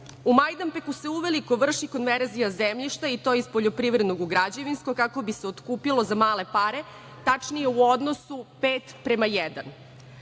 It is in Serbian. Majdanpeku se uveliko vrši konverzija zemljišta i to iz poljoprivrednog u građevinsko kako bi se otkupilo za male pare tačnije u odnosu pet prema